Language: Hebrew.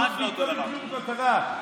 זה ממש לא אותו דבר.